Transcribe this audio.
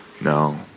no